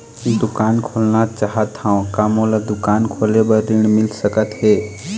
दुकान खोलना चाहत हाव, का मोला दुकान खोले बर ऋण मिल सकत हे?